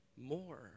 more